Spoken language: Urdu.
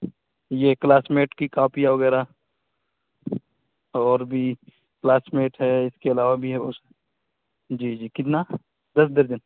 یہ کلاس میٹ کی کاپی وغیرہ اور بھی کلاس میٹ ہے اس کے علاوہ بھی ہے اس جی جی کتنا دس درجن